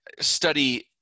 study